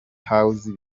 house